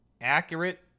accurate